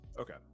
Okay